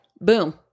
Boom